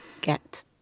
get